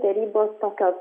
derybos tokios